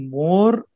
more